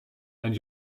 and